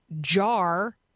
Jar